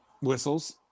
whistles